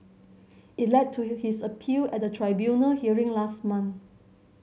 it led to his appeal at a tribunal hearing last month